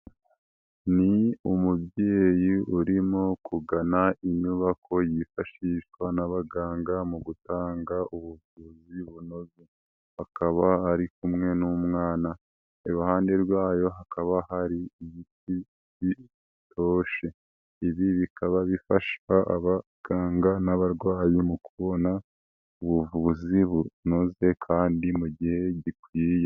Ni umubyeyi urimo kugana inyubako yifashishwa n'abaganga mu gutanga ubuvuzi bunoze. Akaba ari kumwe n'umwana. Iruhande rwayo hakaba hari ibiti bitoshye. Ibi bikaba bifasha abaganga n'abarwayi mu kubona ubuvuzi bunoze kandi mu gihe gikwiye.